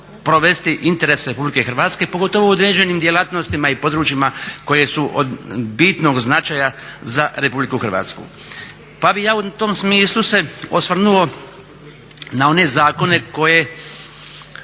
provesti interes Republike Hrvatske, pogotovo u određenim djelatnostima i područjima koje su od bitnog značaja za Republiku Hrvatsku. Pa bih ja u tom smislu se osvrnuo na one zakone koji